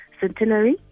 centenary